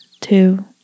two